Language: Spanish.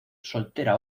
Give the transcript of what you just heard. soltera